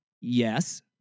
Yes